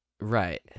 right